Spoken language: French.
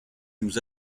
nous